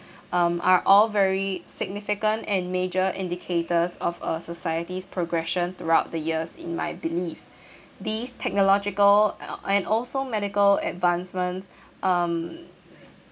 um are all very significant and major indicators of a society's progression throughout the years in my belief this technological and also medical advancements um